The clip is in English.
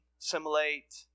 assimilate